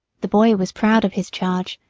the boy was proud of his charge,